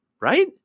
right